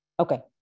Okay